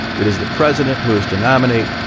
it is the president who has to nominate.